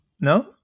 No